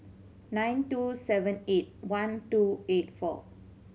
nine two seven eight one two eight four